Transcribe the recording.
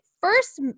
first